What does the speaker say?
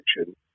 action